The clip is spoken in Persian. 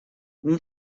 اون